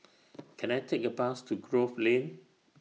Can I Take A Bus to Grove Lane